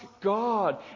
God